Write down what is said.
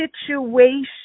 situation